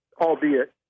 albeit